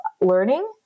learning